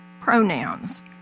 pronouns